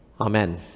amen